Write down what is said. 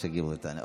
שגריר במאוריטניה.